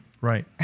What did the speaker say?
right